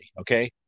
okay